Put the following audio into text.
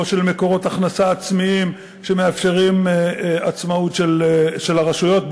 לא של מקורות הכנסה עצמיים שמאפשרים עצמאות של הרשויות,